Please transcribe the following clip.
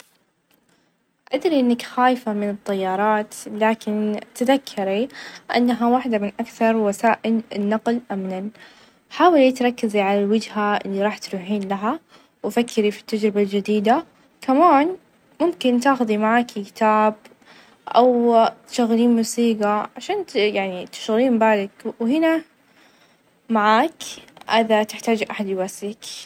أدري إنك خايفة من الطيارات، لكن تذكري إنها واحدة من أكثر وسائل النقل أمنًا ، حاولي تركزي على الوجهة اللي راح تروحين لها ، وفكري في التجربة الجديدة، كمان ممكن تاخذي معاكي كتاب ،أو تشغلين موسيقى عشان- ت- يعني تشغلين بالك ،وهنا معاك أذا تحتاجي أحد يواسيك.